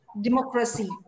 democracy